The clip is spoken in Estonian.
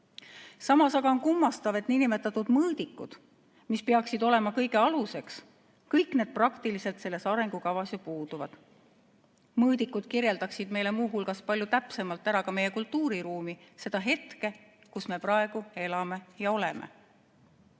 Samas aga on kummastav, et nn mõõdikud, mis peaksid olema kõige aluseks, ju peaaegu kõik selles arengukavas puuduvad. Mõõdikud kirjeldaksid meile muu hulgas palju täpsemalt ka meie kultuuriruumi, seda hetke, kus me praegu elame ja oleme.